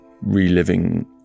reliving